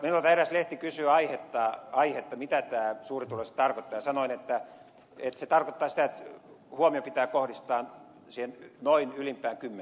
minulta eräs lehti kysyi aihetta mitä tämä termi suurituloiset tarkoittaa ja sanoin että se tarkoittaa sitä että huomio pitää kohdistaa siihen noin ylimpään kymmenekseen